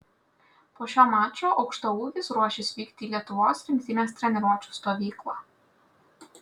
po šio mačo aukštaūgis ruošis vykti į lietuvos rinktinės treniruočių stovyklą